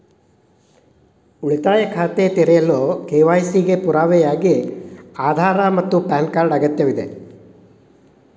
ಉಳಿತಾಯ ಖಾತೆಯನ್ನು ತೆರೆಯಲು ಕೆ.ವೈ.ಸಿ ಗೆ ಪುರಾವೆಯಾಗಿ ಆಧಾರ್ ಮತ್ತು ಪ್ಯಾನ್ ಕಾರ್ಡ್ ಅಗತ್ಯವಿದೆ